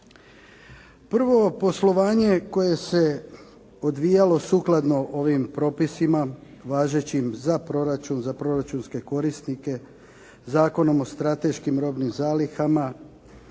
Prvo poslovanje koje se odvijalo sukladno ovim propisima važećim za proračun, za proračunske korisnike, Zakonom o strateškim robnim zalihama